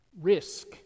risk